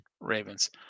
Ravens